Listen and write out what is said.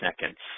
seconds